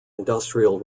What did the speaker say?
industrial